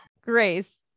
Grace